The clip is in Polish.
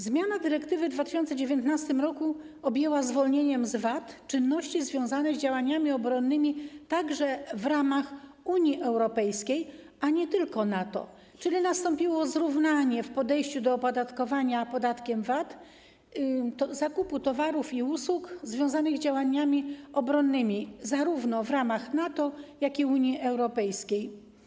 Zmiana dyrektywy w 2019 r. objęła zwolnieniem z VAT czynności związane z działaniami obronnymi także w ramach Unii Europejskiej, a nie tylko NATO, czyli nastąpiło zrównanie w podejściu do opodatkowania podatkiem VAT zakupu towarów i usług związanych z działaniami obronnymi zarówno w ramach NATO, jak i Unii Europejskiej.